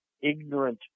ignorant